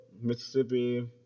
Mississippi